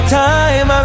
time